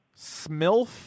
Smilf